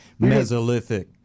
Mesolithic